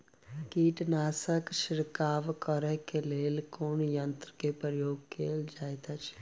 कीटनासक छिड़काव करे केँ लेल कुन यंत्र केँ प्रयोग कैल जाइत अछि?